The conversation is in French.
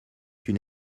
une